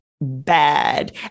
bad